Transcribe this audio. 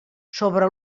sobre